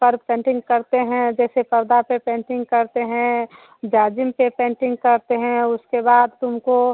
पर पेंटिंग करते हैं जैसे पर्दा पर पेंटिंग करते हैं जार्जिन पे पेंटिंग करते हैं उसके बाद तुमको